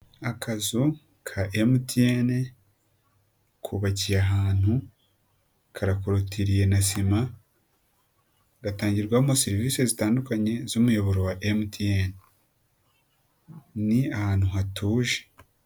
Akazu ka MTN kubakiye ahantu, karakorotiriye na sima, gatangirwamo serivisi zitandukanye z'umuyoboro wa MTN ni ahantu hatuje.